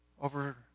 over